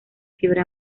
fiebre